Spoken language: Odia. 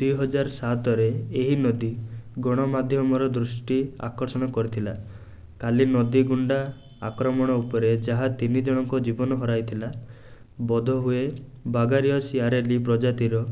ଦି ହଜାର ସାତରେ ଏହି ନଦୀ ଗଣମାଧ୍ୟମର ଦୃଷ୍ଟି ଆକର୍ଷଣ କରିଥିଲା କାଲି ନଦୀ ଗୁଣ୍ଡା ଆକ୍ରମଣ ଉପରେ ଯାହା ତିନି ଜଣଙ୍କ ଜୀବନ ହରାଇ ଥିଲା ବୋଧହୁଏ ବାଗାରିୟସ୍ ୟାରେଲି ପ୍ରଜାତିର